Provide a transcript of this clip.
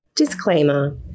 disclaimer